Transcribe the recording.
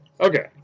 Okay